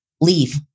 leave